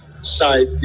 Side